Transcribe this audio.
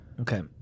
Okay